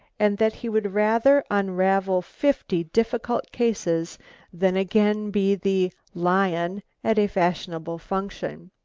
and that he would rather unravel fifty difficult cases than again be the lion at a fashionable function.